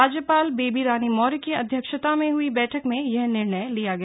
राज्यपाल बेबी रानी मौर्य की अध्यक्षता में हई बैठक में यह निर्णय लिया गया